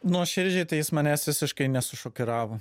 nuoširdžiai tai jis manęs visiškai nesušokiravo